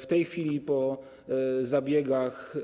W tej chwili - po zabiegach,